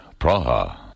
Praha